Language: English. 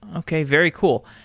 okay. very cool.